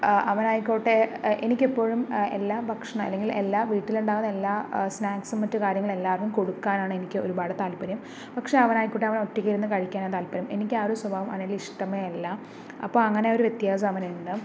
അവനായിക്കോട്ടെ എനിക്കെപ്പോഴും എല്ലാ ഭക്ഷണം അല്ലെങ്കിൽ എല്ലാ വീട്ടിലുണ്ടാക്കുന്ന എല്ലാ സ്നാക്സും മറ്റ് കാര്യങ്ങളും എല്ലാർവക്കും കൊടുക്കാനാണ് എനിക്ക് ഒരുപാട് താൽപര്യം പക്ഷെ അവനായിക്കോട്ടെ അവനൊറ്റക്കിരുന്ന് കഴിക്കാനാ താൽപ്പര്യം എനിക്ക് ആ ഒരു സ്വഭാവം അവനിൽ ഇഷ്ട്ടമേ അല്ല അപ്പോൾ അങ്ങനെ ഒരു വ്യത്യാസം അവനുണ്ട്